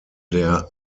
der